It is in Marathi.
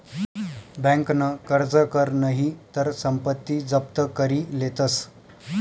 बँकन कर्ज कर नही तर संपत्ती जप्त करी लेतस